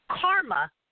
karma